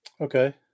Okay